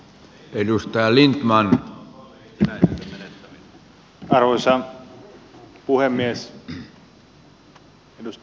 arvoisa puhemies